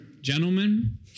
Gentlemen